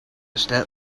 step